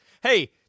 Hey